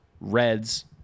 Reds